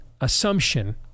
assumption